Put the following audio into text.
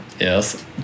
yes